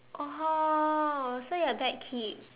oh so your dad keep